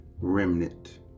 remnant